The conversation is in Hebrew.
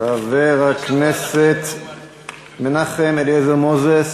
חבר הכנסת מנחם אליעזר מוזס,